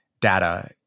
data